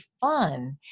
fun